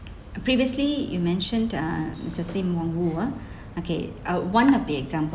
previously you mentioned uh mister sim wong hoo ah okay uh one of the exam~